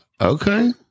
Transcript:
Okay